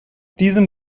diesem